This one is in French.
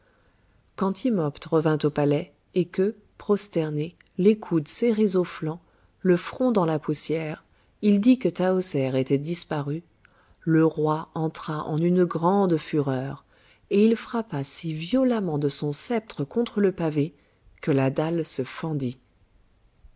quand timopht revint au palais et que prosterné les coudes serrés aux flancs le front dans la poussière il dit que tahoser était disparue le roi entra en une grande fureur et il frappa si violemment de son sceptre contre le pavé que la dalle se fendit